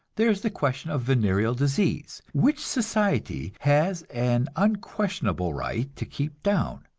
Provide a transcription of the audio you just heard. there is the question of venereal disease, which society has an unquestionable right to keep down,